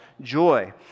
joy